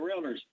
Realtors